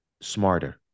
smarter